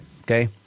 Okay